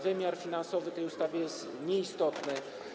Wymiar finansowy tej ustawy jest nieistotny.